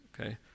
Okay